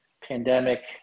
pandemic